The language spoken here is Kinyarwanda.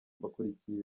bakurikiye